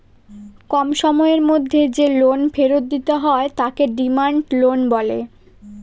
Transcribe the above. কম সময়ের মধ্যে যে লোন ফেরত দিতে হয় তাকে ডিমান্ড লোন বলে